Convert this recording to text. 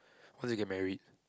first you get married